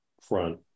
front